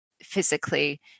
physically